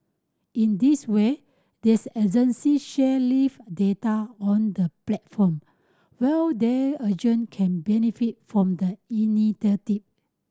in this way these agency share live data on the platform while their urgent can benefit from the initiative